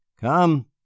come